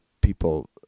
people